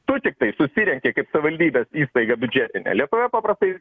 tu tiktai susirenki kaip savivaldybės įstaiga biudžetinė lietuvoj paprastai